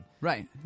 Right